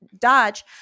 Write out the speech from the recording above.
dodge